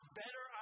better